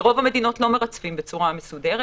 ברוב המדינות לא מרצפים בצורה מסודרת.